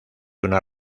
una